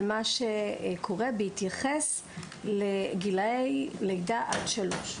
מה שקורה בהתייחס לגילאי לידה על שלוש.